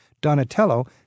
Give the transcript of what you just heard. Donatello